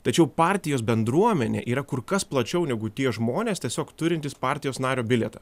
tačiau partijos bendruomenė yra kur kas plačiau negu tie žmonės tiesiog turintys partijos nario bilietą